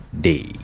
Day